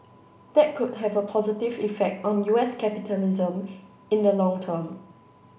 that could have a positive effect on U S capitalism in the long term